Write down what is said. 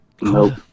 Nope